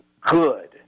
good